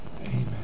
Amen